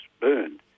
burned